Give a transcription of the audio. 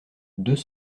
deux